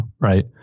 right